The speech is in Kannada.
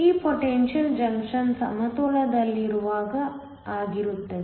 ಈ ಪೊಟೆನ್ಶಿಯಲ್ ಜಂಕ್ಷನ್ ಸಮತೋಲನದಲ್ಲಿರುವಾಗ ಆಗಿರುತ್ತದೆ